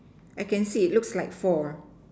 I can see looks like four